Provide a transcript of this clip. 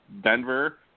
Denver